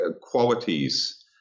qualities